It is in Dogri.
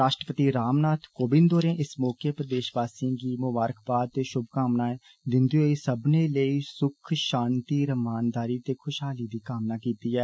राश्ट्रपति रामनाथ कोविन्द होरें इस मौके देषवासिएं गी ममारखबाद ते षुभकामनां दिन्दे होई सब्बनें लेई सुख षांति रमानदारी ते खुषहालीदी कामना कीती ऐ